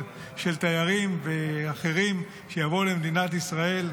של תיירים ואחרים שיבואו למדינת ישראל,